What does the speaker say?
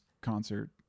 concert